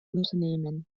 unternehmen